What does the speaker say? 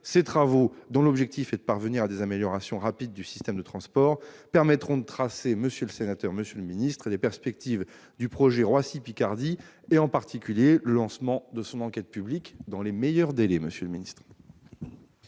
Ces travaux, dont l'objectif est de parvenir à des améliorations rapides du système de transports, permettront de tracer, monsieur le sénateur, monsieur le ministre, les perspectives du projet Roissy-Picardie, et en particulier le lancement de son enquête publique dans les meilleurs délais. La parole est